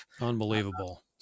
Unbelievable